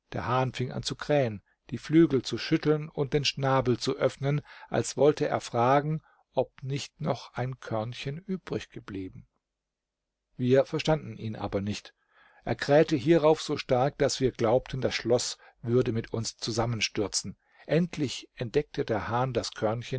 der hahn fing an zu krähen die flügel zu schütteln und den schnabel zu öffnen als wollte er fragen ob nicht noch ein körnchen übrig geblieben wir verstanden ihn aber nicht er krähte hierauf so stark daß wir glaubten das schloß würde mit uns zusammenstürzen endlich entdeckte der hahn das